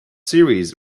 series